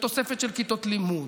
בתוספת של כיתות לימוד,